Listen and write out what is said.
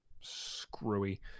screwy